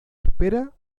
espera